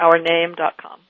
ourname.com